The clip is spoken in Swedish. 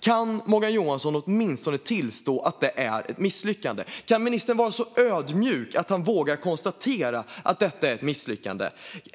Kan Morgan Johansson åtminstone tillstå att detta är ett misslyckande? Kan ministern vara så ödmjuk att han vågar konstatera att detta är ett misslyckande?